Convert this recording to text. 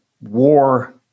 war